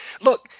Look